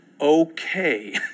Okay